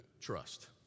trust